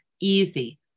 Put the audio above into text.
easy